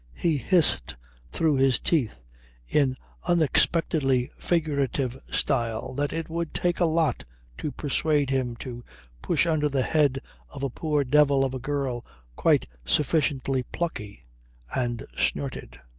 he hissed through his teeth in unexpectedly figurative style that it would take a lot to persuade him to push under the head of a poor devil of a girl quite sufficiently plucky and snorted.